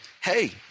Hey